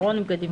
ארון בגדים,